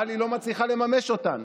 אבל היא לא מצליחה לממש אותן.